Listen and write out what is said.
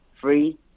free